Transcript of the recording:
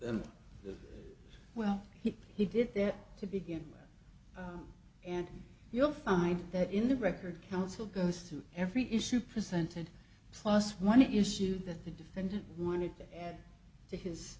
world well he did there to begin with and you'll find that in the record council goes through every issue presented plus one issue that the defendant wanted to add to his